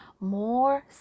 more